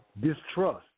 distrust